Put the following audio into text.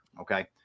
Okay